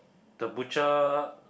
the butcher